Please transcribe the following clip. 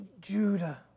Judah